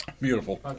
Beautiful